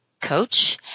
coach